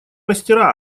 мастера